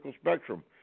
spectrum